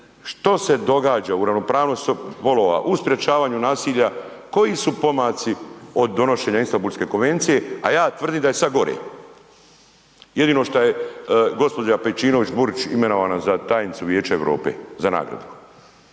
što se događa u ravnopravnosti spolova, u sprečavanju nasilja, koji su pomaci od donošenja Istambulske konvencije, a ja tvrdim da je sada gore. Jedino šta je gospođa Pejčinović Burić imenovana za tajnicu Vijeća Europe za nagradu.